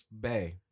Bay